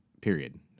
period